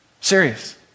Serious